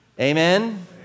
Amen